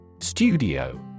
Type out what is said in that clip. Studio